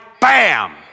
bam